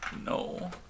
No